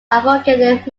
advocated